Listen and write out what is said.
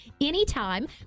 anytime